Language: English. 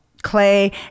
clay